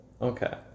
Okay